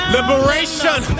Liberation